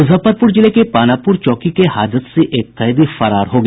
मूजफ्फरपुर जिले के पानापूर चौकी के हाजत से एक कैदी फरार हो गया